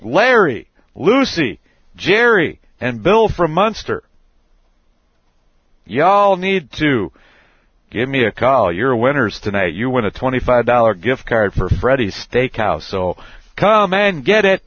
larry lucy gerry and bill for a monster y'all need to give me a call your winners tonight you win a twenty five dollars gift card for freddy steakhouse so come and get it